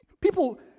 People